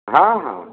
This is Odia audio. ହଁ ହଁ